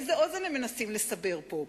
איזו אוזן הם מנסים לסבר פה?